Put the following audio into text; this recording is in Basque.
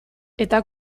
eta